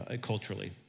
culturally